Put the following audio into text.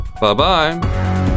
bye-bye